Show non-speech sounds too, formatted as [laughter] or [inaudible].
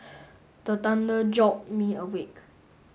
[noise] the thunder jolt me awake